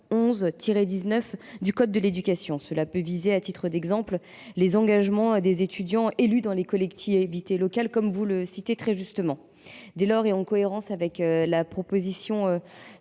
au code de l’éducation. Cela peut viser, à titre d’exemple, les engagements des étudiants élus dans les collectivités locales, comme vous le mentionnez très justement. Dès lors, et en cohérence avec la proposition